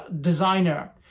designer